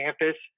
campus